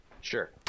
Sure